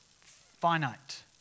finite